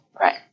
right